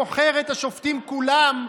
בוחר את השופטים כולם,